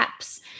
apps